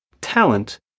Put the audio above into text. talent